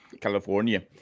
California